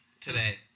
today